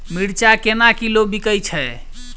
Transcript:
मिर्चा केना किलो बिकइ छैय?